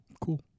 Cool